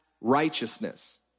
righteousness